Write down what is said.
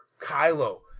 Kylo